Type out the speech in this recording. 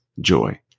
joy